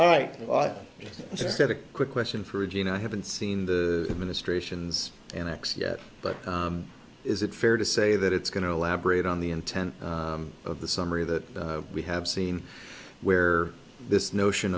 add a quick question for regina i haven't seen the administration's annex yet but is it fair to say that it's going to elaborate on the intent of the summary that we have seen where this notion